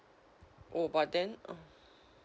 oh but then uh